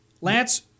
lance